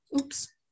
oops